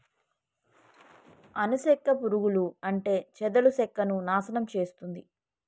అను సెక్క పురుగులు అంటే చెదలు సెక్కను నాశనం చేస్తుంది